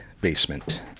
Basement